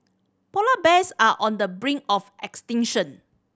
polar bears are on the brink of extinction